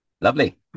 Lovely